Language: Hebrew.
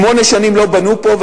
שמונה שנים לא בנו פה,